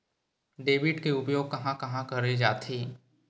Debit के उपयोग कहां कहा करे जाथे?